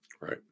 Right